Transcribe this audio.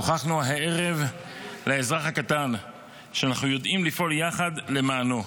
הוכחנו הערב לאזרח הקטן שאנחנו יודעים לפעול יחד למענו.